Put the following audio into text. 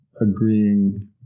agreeing